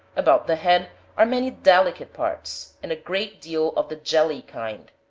about the head are many delicate parts, and a great deal of the jelly kind.